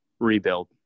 Rebuild